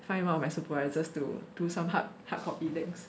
find one of my supervisors to do some hard~ hardcopy things